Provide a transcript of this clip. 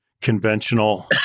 conventional